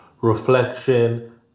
reflection